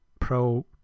Pro